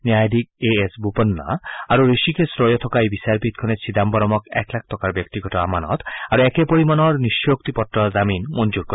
ন্যায়াধীশ A S Bopanna আৰু ঋষিকেশ ৰয়ো থকা এই বিচাৰপীঠখনে চিদাম্বৰমক এক লাখ টকাৰ ব্যক্তিগত আমানত আৰু একে পৰিমাণৰ নিশ্চয়োক্তিপত্ৰ জামিন মঞ্জুৰ কৰে